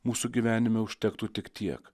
mūsų gyvenime užtektų tik tiek